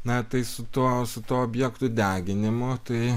na tai su tuo su tuo objektų deginimu tai